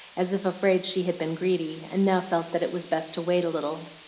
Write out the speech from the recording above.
as if afraid she had been greedy, and now felt that it was best to wait a little.